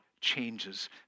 changes